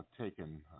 taken